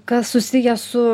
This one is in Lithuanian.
kas susiję su